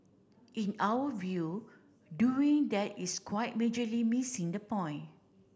in our view doing that is quite majorly missing the point